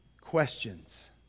questions